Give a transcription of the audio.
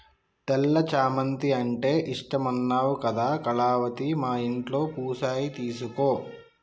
తెల్ల చామంతి అంటే ఇష్టమన్నావు కదా కళావతి మా ఇంట్లో పూసాయి తీసుకో